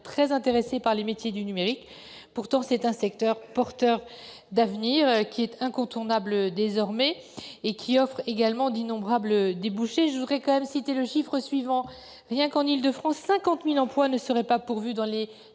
très intéressés par les métiers du numérique. Pourtant, c'est un secteur d'avenir, désormais incontournable et qui offre d'innombrables débouchés. Je voudrais citer le chiffre suivant : rien qu'en Île-de-France, 50 000 emplois ne seraient pas pourvus dans les